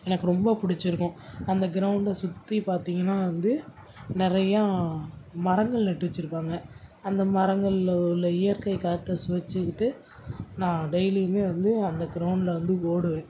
எனக்கு ரொம்ப பிடிச்சிருக்கும் அந்த க்ரௌண்டை சுற்றி பார்த்திங்கனா வந்து நிறையா மரங்கள் நட்டு வெச்சுருப்பாங்க அந்த மரங்களில் உள்ள இயற்கை காற்றை சுவாச்சுக்கிட்டு நான் டெய்லியுமே வந்து அந்த க்ரௌண்ட்டில் வந்து ஓடுவேன்